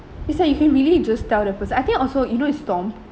it's like you can really just tell the person I think also you know it's stomp